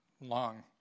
long